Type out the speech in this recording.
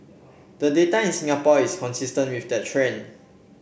the data in Singapore is consistent with that trend